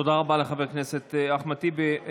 תודה רבה לחבר הכנסת אחמד טיבי.